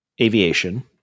aviation